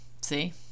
see